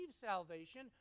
salvation